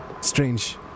Strange